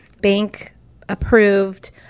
bank-approved